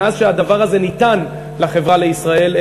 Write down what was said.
מאז ניתן הדבר הזה ל"חברה לישראל",